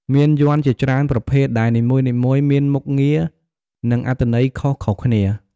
មានយ័ន្តជាច្រើនប្រភេទ ដែលនីមួយៗមានមុខងារ និងអត្ថន័យខុសៗគ្នា។